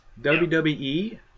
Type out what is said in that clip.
WWE